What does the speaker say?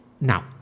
now